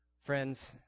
Friends